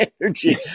energy